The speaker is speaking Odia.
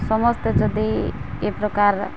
ସମସ୍ତେ ଯଦି ଏ ପ୍ରକାର